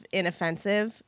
inoffensive